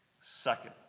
second